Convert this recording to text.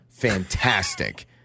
fantastic